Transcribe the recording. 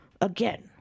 again